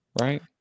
right